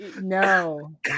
no